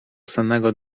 sennego